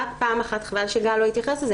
רק פעם אחת חבל שגל לא התייחס לזה